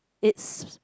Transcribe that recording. it's